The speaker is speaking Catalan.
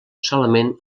solament